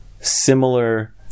similar